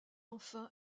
enfin